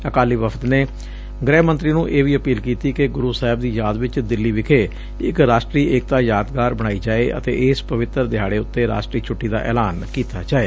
ਅਕਾਲੀ ਵਫਦ ਨੇ ਗ੍ਹਿ ਮੰਤਰੀ ਨੂੰ ਇਹ ਵੀ ਅਪੀਲ ਕੀਤੀ ਕਿ ਗੁਰੂ ਸਾਹਿਬ ਦੀ ਯਾਦ ਵਿਚ ਦਿੱਲੀ ਵਿਖੇ ਇੱਕ ਰਾਸਟਰੀ ਏਕਤਾ ਯਾਦਗਾਰ ਬਣਾਈ ਜਾਵੇ ਅਤੇ ਇਸ ਪਵਿੱਤਰ ਦਿਹਾੜੇ ਉਂਤੇ ਰਾਸ਼ਟਰੀ ਛੁੱਟੀ ਦਾ ਐਲਾਨ ਕੀਤਾ ਜਾਵੇ